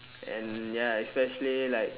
and ya especially like